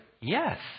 Yes